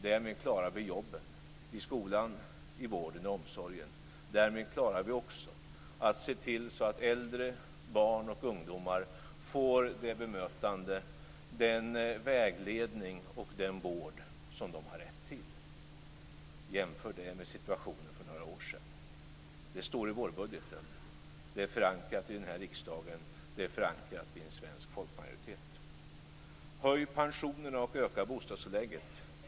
Därmed klarar vi jobben i skolan, i vården och i omsorgen, och därmed klarar vi också att se till att äldre, barn och ungdomar får det bemötande, den vägledning och den vård som de har rätt till. Jämför det med situationen för några år sedan! Det står i vårbudgeten. Det är förankrat i riksdagen och i en svensk folkmajoritet. Den fjärde punkten var: Höj pensionerna och öka bostadstillägget!